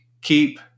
keep